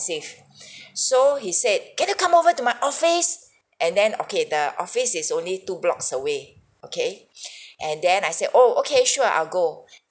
so he said get her to come over to my office and then okay the office is only two blocks away okay and then I said oh okay sure I'll go